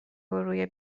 روی